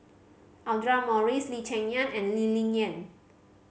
Audra Morrice Lee Cheng Yan and Lee Ling Yen